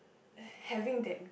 and having that